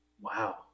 Wow